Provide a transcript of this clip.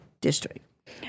district